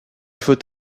faut